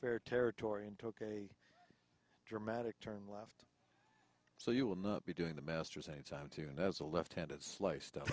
fair territory and took a dramatic turn left so you will not be doing the masters any time soon as a left handed slice